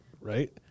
right